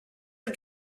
are